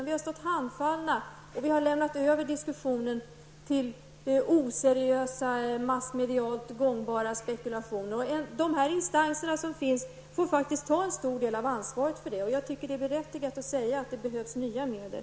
Vi har stått handfallna och lämnat över diskussionen till oseriösa massmedialt gångbara spekulationer. De instanser som finns måste ta en stor del av ansvaret. Det är berättigat att säga att det behövs nya medel.